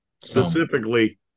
specifically